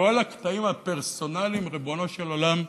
וכל הקטעים הפרסונליים, ריבונו של עולם,